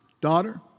daughter